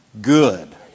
good